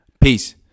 Peace